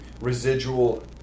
Residual